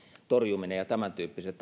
torjumisessa ja tämäntyyppisissä